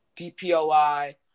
DPOI